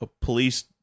police